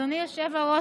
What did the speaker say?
אדוני היושב-ראש,